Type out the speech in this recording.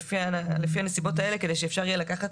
לפי הנסיבות כאן מספיק שאין לו רישיון רכב כדי שאפשר יהיה לגרור.